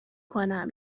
کنم